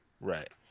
Right